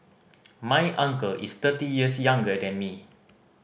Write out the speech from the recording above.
my uncle is thirty years younger than me